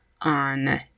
on